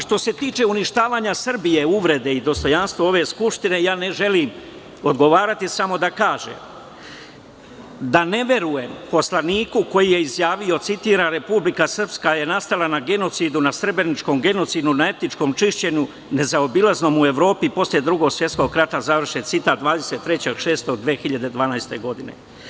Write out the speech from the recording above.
Što se tiče uništavanja Srbije, uvrede i dostojanstva ove skupštine, ne želim odgovarati, sam oda kažem da ne verujem poslaniku koji je izjavio citiram „Republika Srpska je nastala na Srebreničkomgenocidu na etničkom čišćenju, nezaobilaznom u Evropi, posle Drugog svetskog rata“, završen citat, 23. juna 2012. godine.